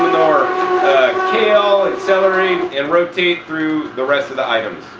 more kale and celery and rotate through the rest of the items.